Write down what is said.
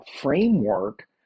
framework